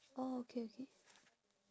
oh okay okay